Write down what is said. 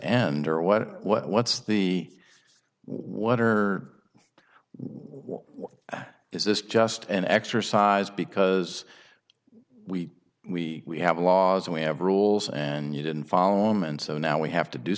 end or what what what's the what or what is this just an exercise because we we we have laws and we have rules and you didn't follow him and so now we have to do